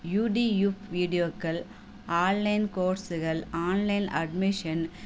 YouTube வீடியோக்கள் online கோர்ஸுகள் online admission